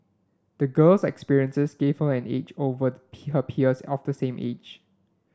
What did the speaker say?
the girl's experiences gave her an edge over her peers of the same age